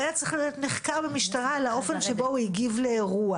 היה צריך להיחקר במשטרה על האופן שבו הוא הגיב לאירוע.